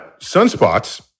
sunspots